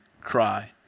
cry